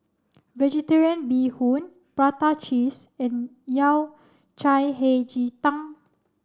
Vegetarian Bee Hoon Prata Cheese and Yao Cai Hei Ji Tang